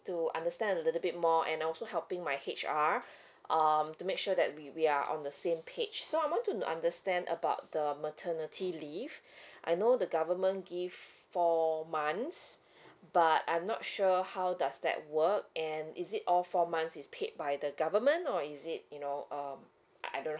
to understand a little bit more and also helping my H_R um to make sure that we we are on the same page so I want to understand about the maternity leave I know the government give four months but I'm not sure how does that work and is it all four months is paid by the government or is it you know um I I don't know